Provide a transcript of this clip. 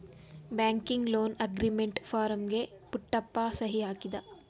banking loan agreement ಫಾರಂಗೆ ಪುಟ್ಟಪ್ಪ ಸಹಿ ಹಾಕಿದ